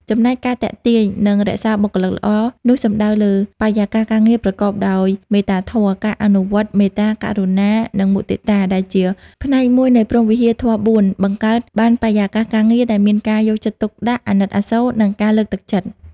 ចំណែក ការទាក់ទាញ និងរក្សាបុគ្គលិកល្អនោះសំដៅលើ បរិយាកាសការងារប្រកបដោយមេត្តាធម៌: ការអនុវត្ត មេត្តា ករុណា និងមុទិតា ដែលជាផ្នែកមួយនៃព្រហ្មវិហារធម៌៤ បង្កើតបានបរិយាកាសការងារដែលមានការយកចិត្តទុកដាក់ អាណិតអាសូរ និងការលើកទឹកចិត្ត។